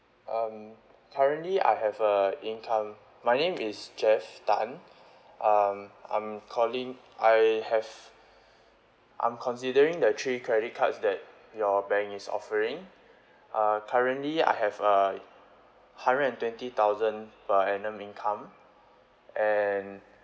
um currently I have a income my name is jeff tan um I'm calling I have I'm considering the three credit cards that your bank is offering uh currently I have a hundred and twenty thousand per annum income and